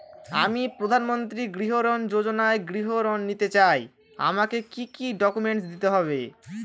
আমি প্রধানমন্ত্রী গৃহ ঋণ যোজনায় গৃহ ঋণ নিতে চাই আমাকে কি কি ডকুমেন্টস দিতে হবে?